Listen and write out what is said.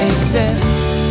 exists